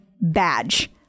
badge